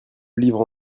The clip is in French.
livre